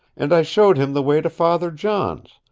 and i showed him the way to father john's,